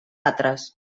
altres